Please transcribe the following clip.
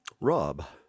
Rob